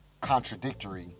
contradictory